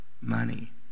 money